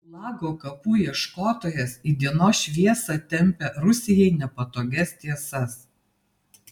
gulago kapų ieškotojas į dienos šviesą tempia rusijai nepatogias tiesas